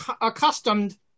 accustomed